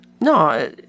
No